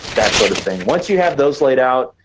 that sort of thing. once you have those laid out,